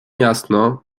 jasno